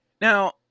Now –